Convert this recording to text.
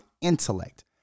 intellect